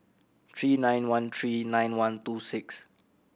three nine one three nine one two six